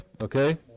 Okay